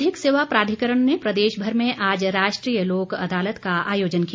विधिक सेवा प्राधिकरण ने प्रदेशभर में आज राष्ट्रीय लोक अदालत का आयोजन किया